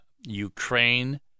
Ukraine